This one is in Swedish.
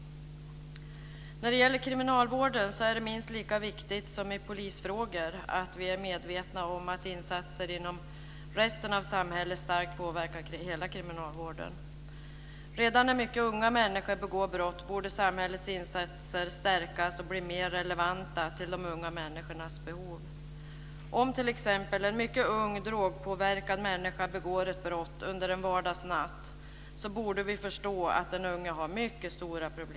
När det gäller kriminalvården är det minst lika viktigt som i polisfrågor att vi är medvetna om att insatser inom resten av samhället starkt påverkar hela kriminalvården. Redan när mycket unga människor begår brott borde samhällets insatser stärkas och bli mer relevanta med tanke på de unga människornas behov. Om t.ex. en mycket ung drogpåverkad människa begår ett brott under en vardagsnatt borde vi förstå att den unge har mycket stora problem.